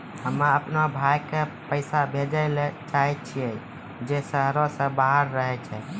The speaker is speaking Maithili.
हम्मे अपनो भाय के पैसा भेजै ले चाहै छियै जे शहरो से बाहर रहै छै